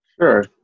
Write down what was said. Sure